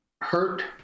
hurt